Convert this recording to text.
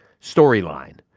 storyline